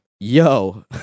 Yo